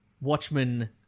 Watchmen